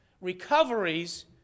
recoveries